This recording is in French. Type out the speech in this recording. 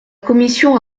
commission